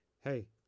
Hey